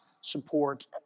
support